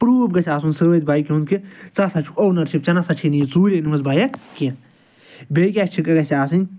proof گژھِ آسُن سۭتۍ بایکہِ ہُنٛد کہ ژٕ ہسا چھُکھ اونَر ژےٚ نہ سا چھےٚ نہٕ یہِ ژوٗرِ أنۍ مٕژ بایَک کیٚنہہ بیٚیہِ کیٛاہ چھِ گژھِ آسٕنۍ